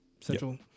Central